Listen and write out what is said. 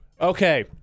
Okay